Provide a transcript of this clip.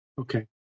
Okay